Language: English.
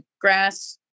grass